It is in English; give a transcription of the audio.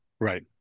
Right